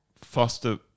foster